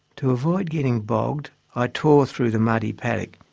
to avoid getting bogged i tore through the muddy paddock,